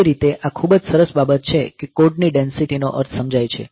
તે રીતે આ ખૂબ જ સરસ બાબત છે કે કોડ ની ડેંસિટી નો અર્થ સમજાય છે